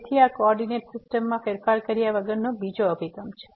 તેથી આ કોઓર્ડીનેટ સિસ્ટમમાં ફેરફાર કર્યા વગરનો બીજો અભિગમ છે